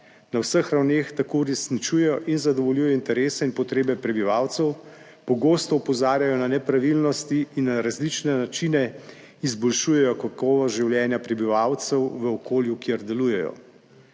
Na vseh ravneh tako uresničujejo in zadovoljujejo interese in potrebe prebivalcev. Pogosto opozarjajo na nepravilnosti in na različne načine izboljšujejo kakovost življenja prebivalcev v okolju, kjer delujejo.